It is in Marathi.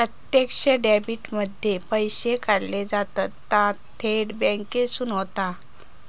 प्रत्यक्ष डेबीट मध्ये पैशे काढले जातत ता थेट बॅन्केसून होता